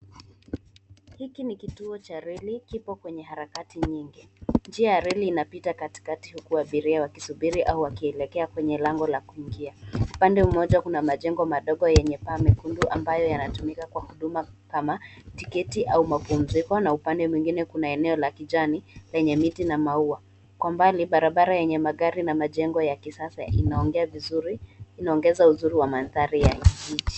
Hiki ni kituo cha reli kipo kwenye harakati nyingi. Njia ya reli inapita katikati huku abiria wakisubiri au wakielekea kwenye lango la kuingia. Upande mmoja kuna majengo madogo yenye paa mekundu ambayo yanatumika kwa huduma kama tiketi au mapumziko na upande mwingine kuna eneo la kijani lenye miti na maua. Kwa mbali barabara yenye magari na majengo ya kisasa yanaongeza uzuri wa mandhari ya kijiji.